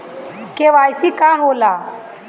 KYC का होला?